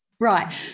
Right